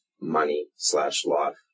money-slash-life